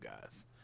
guys